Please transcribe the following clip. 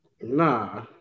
Nah